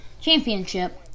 Championship